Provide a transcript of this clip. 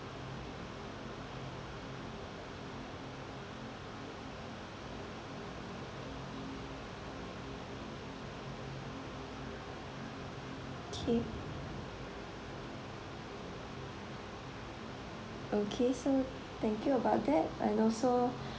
okay okay so thank you about that and also